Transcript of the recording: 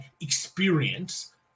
experience